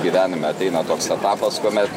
gyvenime ateina toks etapas kuomet